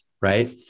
right